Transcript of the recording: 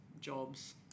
jobs